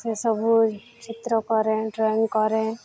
ସେସବୁ ଚିତ୍ର କରେ ଡ୍ରଇଂ କରେ